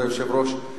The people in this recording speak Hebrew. כבוד היושב-ראש.